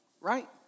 right